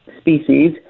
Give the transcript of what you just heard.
species